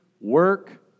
work